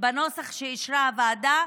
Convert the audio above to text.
בנוסח שאישרה הוועדה.